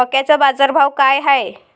मक्याचा बाजारभाव काय हाय?